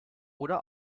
oder